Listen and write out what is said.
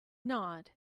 not